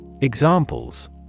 Examples